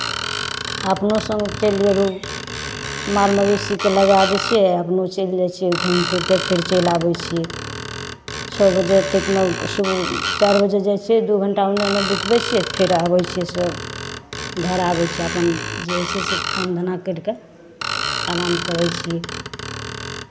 अपनो सङ्ग चलि गेलहुँ माल मवेशीकेँ लगाए दै छियै आ अपनो चलि जाइ छियै घुमि फिरि कऽ फेर चलि आबै छियै छओ बजे ओतेकमे सु चारि बजे जाइ छियै दू घण्टा एन्नऽ ओन्नऽ बितबै छियै फेर आबै छियै सभ घर आबै छै अपन जे होइ छै से काम धन्धा करि कऽ आराम करै छियै